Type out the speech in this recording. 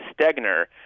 Stegner